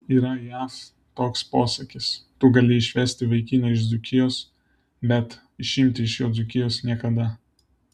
yra jav toks posakis tu gali išvesti vaikiną iš dzūkijos bet išimti iš jo dzūkijos niekada